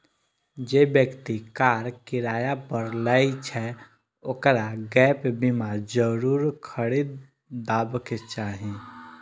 जे व्यक्ति कार किराया पर लै छै, ओकरा गैप बीमा जरूर खरीदबाक चाही